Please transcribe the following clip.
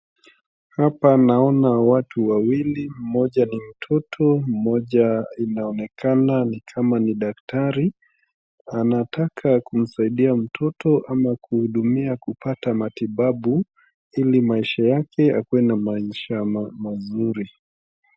Hapa naona watu wawili, mmoja ni mtoto, mmoja inaonekana ni kama ni daktari anataka kumsaidia mtoto ama kuhudumia kupata matibabu ili maisha yake akuwe na maisha mazuri.